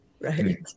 Right